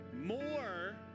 More